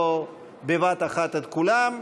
לא בבת אחת את כולם.